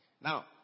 Now